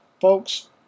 folks